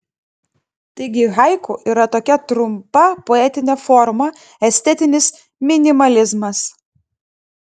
taigi haiku yra tokia trumpa poetinė forma estetinis minimalizmas